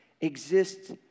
exists